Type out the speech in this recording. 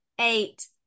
eight